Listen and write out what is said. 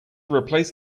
replace